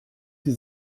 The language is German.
sie